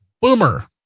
Boomer